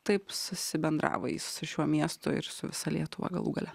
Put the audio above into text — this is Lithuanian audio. taip susibendravo jis su šiuo miestu ir su visa lietuva galų gale